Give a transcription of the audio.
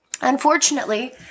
Unfortunately